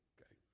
Okay